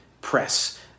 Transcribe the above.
press